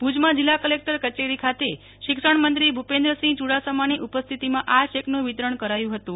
ભુજમાં જિલ્લા કલેકટર કચેરી ખાતે શિક્ષણમંથ્રી ભૂપેન્દ્રસિંહ ચુડાસમાની ઉપસ્થિતિમાં આ ચેકનું વિતરણ કરાયું હતું